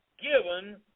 given